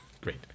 Great